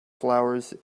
flowers